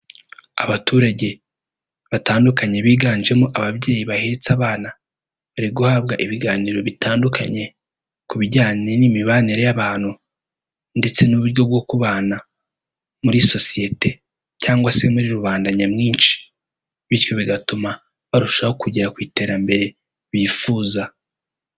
Abaturage batandukanye biganjemo ababyeyi bahetse abana bari guhabwa ibiganiro bitandukanye ku bijyanye n'imibanire y'abantu ndetse n'uburyo bwo kubana muri sosiyete cyangwa se muri rubanda nyamwinshi bityo bigatuma barushaho kugera ku iterambere bifuza.